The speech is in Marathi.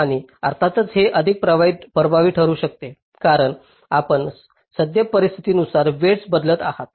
आणि अर्थातच हे अधिक प्रभावी ठरू शकते कारण आपण सद्य परिस्थितीनुसार वेईटस बदलत आहात